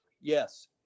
Yes